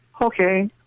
Okay